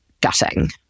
gutting